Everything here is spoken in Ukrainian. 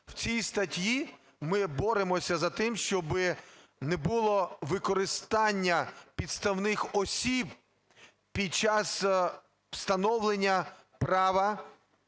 в цій статті ми боремося з тим, щоб не було використання підставних осіб під час встановлення